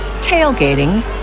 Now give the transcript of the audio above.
tailgating